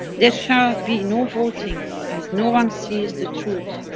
there shall be no voting as no one sees the truth.